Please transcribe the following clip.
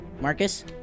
Marcus